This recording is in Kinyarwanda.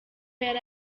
yari